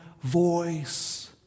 voice